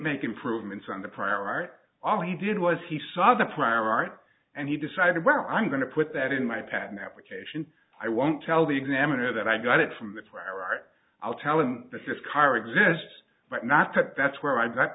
make improvements on the prior art all he did was he saw the prior art and he decided well i'm going to put that in my patent application i won't tell the examiner that i got it from this where art i'll tell him that his car exists but not that that's where i got